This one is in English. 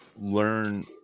learn